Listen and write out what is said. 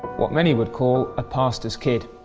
what many would call a pastor's kid.